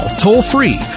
toll-free